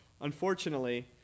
Unfortunately